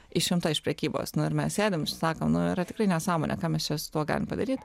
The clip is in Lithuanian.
išimta iš prekybos nu ir mes sėdim ir sakom nu yra tikrai nesąmonė ką mes čia su tuo galim padaryt